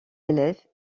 élèves